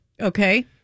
okay